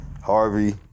Harvey